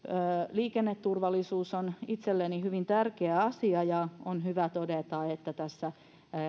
liikenneturvallisuus on itselleni hyvin tärkeä asia ja on hyvä todeta että tässä